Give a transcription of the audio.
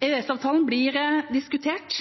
EØS-avtalen blir diskutert.